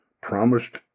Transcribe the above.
promised